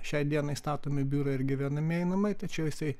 šiai dienai statomi biurai ir gyvenamieji namai tačiau jisai